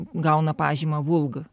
gauna pažymą vulg